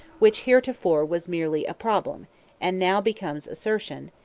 which heretofore was merely a problem and now becomes assertion,